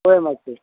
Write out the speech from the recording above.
पय मातशें